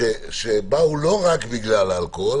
שבאו לא רק בגלל האלכוהול,